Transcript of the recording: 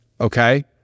okay